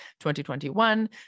2021